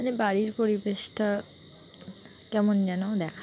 মানে বাড়ির পরিবেশটা কেমন যেন দেখায়